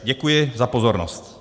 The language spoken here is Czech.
Děkuji za pozornost.